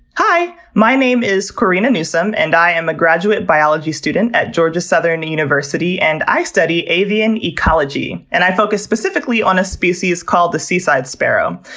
hi! my name is corina newsome and i am a graduate biology student at georgia southern university, and i study avian ecology. and i focus specifically on a species called the seaside sparrow.